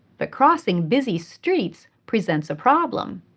but crossing busy streets presents a problem,